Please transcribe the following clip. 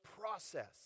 process